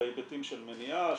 בהיבטים של מניעה,